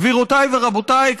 גבירותיי ורבותיי,